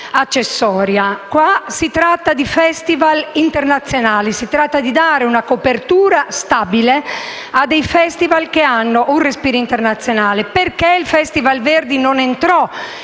Qui si tratta di festival internazionali; si tratta di dare copertura stabile a dei festival che hanno un respiro internazionale. Perché il Festival Verdi non entrò